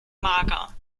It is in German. mager